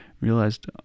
realized